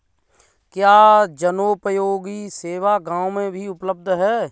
क्या जनोपयोगी सेवा गाँव में भी उपलब्ध है?